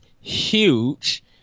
huge